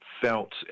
felt